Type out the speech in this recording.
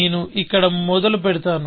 నేను ఇక్కడ మొదలు పెడతాను